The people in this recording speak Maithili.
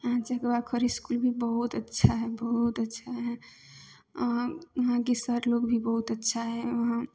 हेँ चकवा खर इसकुल भी बहुत अच्छा हइ बहुत अच्छा हइ उहाँ उहाँके सर लोग भी बहुत अच्छा हइ उहाँ